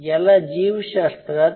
याला जीवशास्त्रात E